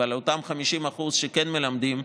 אבל אותם 50% שלא מלמדים,